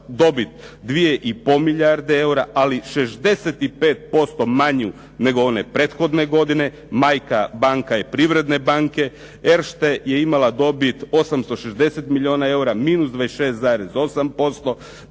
dobit 2,5 milijarde eura, ali 65% manje nego onu prethodne godine, majka banka je Privredne banke. Erste je imala dobit 860 milijuna eura, minus 26,8%,